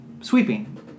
sweeping